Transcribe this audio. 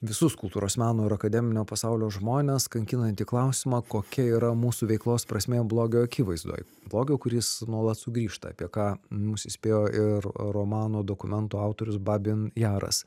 visus kultūros meno ir akademinio pasaulio žmones kankinantį klausimą kokia yra mūsų veiklos prasmė blogio akivaizdoj blogio kuris nuolat sugrįžta apie ką mus įspėjo ir romano dokumentų autorius babyn jaras